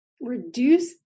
reduce